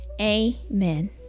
Amen